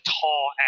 tall